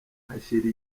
hashira